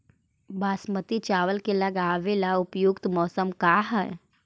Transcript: बासमती चावल के लगावे ला उपयुक्त मौसम का है?